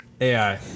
AI